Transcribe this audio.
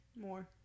More